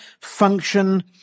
function